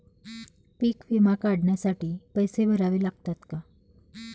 पीक विमा काढण्यासाठी पैसे भरावे लागतात का?